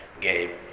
game